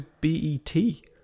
B-E-T